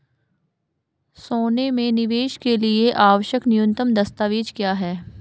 सोने में निवेश के लिए आवश्यक न्यूनतम दस्तावेज़ क्या हैं?